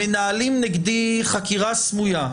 מנהלים נגדי חקירה סמויה,